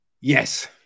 Yes